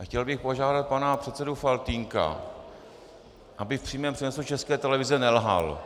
Chtěl bych požádat pana předsedu Faltýnka, aby v přímém přenosu České televize nelhal.